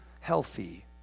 healthy